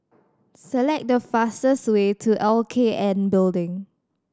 select the fastest way to L K N Building